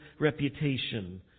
reputation